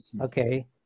okay